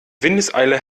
windeseile